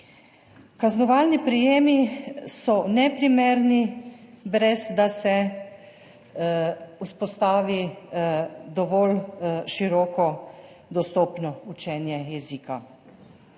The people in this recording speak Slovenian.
Kaznovalni prijemi so neprimerni, brez da se vzpostavi dovolj široko dostopno učenje jezika.